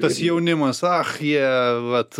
tas jaunimas ach jie vat